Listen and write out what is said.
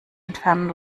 entfernen